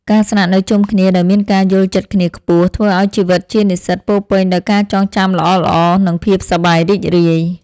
ការស្នាក់នៅជុំគ្នាដោយមានការយល់ចិត្តគ្នាខ្ពស់ធ្វើឱ្យជីវិតជានិស្សិតពោរពេញដោយការចងចាំល្អៗនិងភាពសប្បាយរីករាយ។